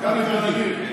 מכבי תל אביב.